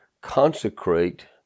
Consecrate